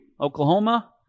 Oklahoma